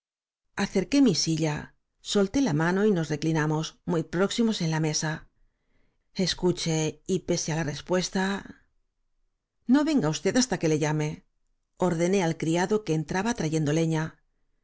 trini acerqué mi silla solté la mano y nos reclinamos muy próximos en la mesa escuche y pese la respuesta no venga usted hasta que le llame ordené al criado que entraba trayendo leña